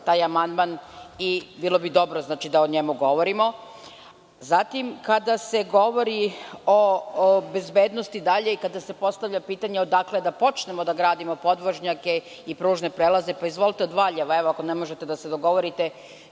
taj amandman i bilo bi dobro da o njemu govorimo. Zatim, kada se govori o bezbednosti dalje i kada se postavlja pitanje da počnemo da gradimo podvožnjake i pružne prelaze, pa izvolite od Valjeva, ako ne možete da se dogovorite,